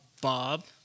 Bob